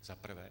Za prvé.